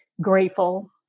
grateful